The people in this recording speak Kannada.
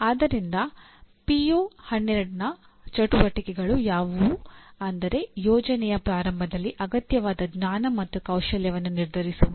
ಆದ್ದರಿಂದ ಪಿಒ12ನ ಚಟುವಟಿಕೆಗಳು ಯಾವುದು ಅಂದರೆ ಯೋಜನೆಯ ಪ್ರಾರಂಭದಲ್ಲಿ ಅಗತ್ಯವಾದ ಜ್ಞಾನ ಮತ್ತು ಕೌಶಲ್ಯವನ್ನು ನಿರ್ಧರಿಸುವುದು